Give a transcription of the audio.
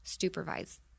Supervise